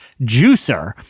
juicer